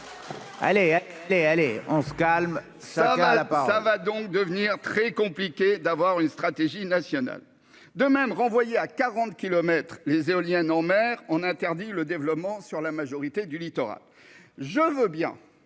faire. Allez, allez, on se calme, ce mal. ça va donc devenir très compliqué d'avoir une stratégie nationale de même renvoyé à 40 kilomètres les éoliennes en mer, on interdit le développement sur la majorité du littoral, je veux bien